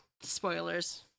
Spoilers